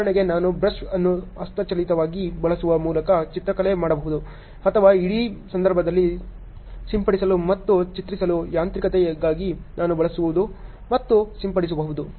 ಉದಾಹರಣೆಗೆ ನಾನು ಬ್ರಷ್ ಅನ್ನು ಹಸ್ತಚಾಲಿತವಾಗಿ ಬಳಸುವ ಮೂಲಕ ಚಿತ್ರಕಲೆ ಮಾಡಬಹುದು ಅಥವಾ ಇಡೀ ಸಂದರ್ಭದಲ್ಲಿ ಸಿಂಪಡಿಸಲು ಮತ್ತು ಚಿತ್ರಿಸಲು ಯಾಂತ್ರಿಕತೆಗಾಗಿ ನಾನು ಬಳಸಬಹುದು ಮತ್ತು ಸಿಂಪಡಿಸಬಹುದು